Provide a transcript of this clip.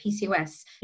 PCOS